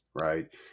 right